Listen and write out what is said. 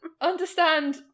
understand